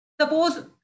Suppose